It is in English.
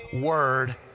word